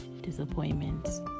Disappointments